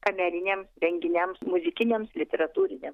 kameriniams renginiams muzikinėms literatūrinėm